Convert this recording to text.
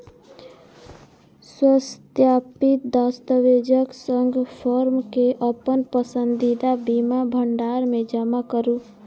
स्वसत्यापित दस्तावेजक संग फॉर्म कें अपन पसंदीदा बीमा भंडार मे जमा करू